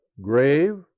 grave